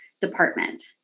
department